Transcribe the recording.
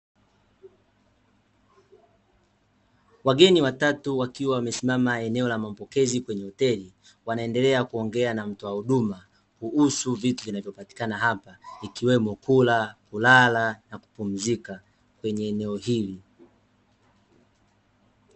Wageni watatu wakiwa wamesimama eneo la mapokezi kwenye hoteli, wanaendelea kuongea na mtoa huduma kuhusu vitu vinavyopatikana hapa ikiwemo: kula, kulala na kupumzika kwenye eneo hili.